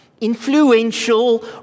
influential